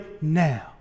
now